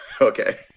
Okay